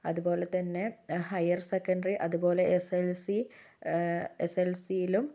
അതുപോലെതന്നെ ഹയർസെക്കൻഡറി അതുപോലെ S L C എസ്എൽസിയിലും